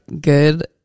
good